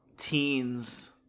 teens